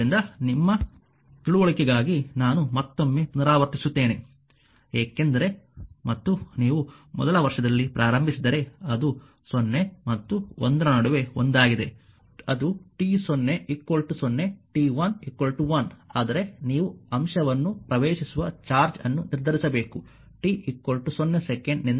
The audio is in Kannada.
ಆದ್ದರಿಂದ ನಿಮ್ಮ ತಿಳುವಳಿಕೆಗಾಗಿ ನಾನು ಮತ್ತೊಮ್ಮೆ ಪುನರಾವರ್ತಿಸುತ್ತೇನೆ ಏಕೆಂದರೆ ಮತ್ತು ನೀವು ಮೊದಲ ವರ್ಷದಲ್ಲಿ ಪ್ರಾರಂಭಿಸಿದರೆ ಅದು 0 ಮತ್ತು ಒಂದರ ನಡುವೆ ಒಂದಾಗಿದೆ ಅದು t0 0 t1 1 ಆದರೆ ನೀವು ಅಂಶವನ್ನು ಪ್ರವೇಶಿಸುವ ಚಾರ್ಜ್ ಅನ್ನು ನಿರ್ಧರಿಸಬೇಕು t 0 ಸೆಕೆಂಡ್ನಿಂದ t 2 ಸೆಕೆಂಡ್